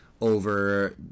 over